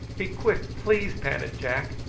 be quick, please, panted jack.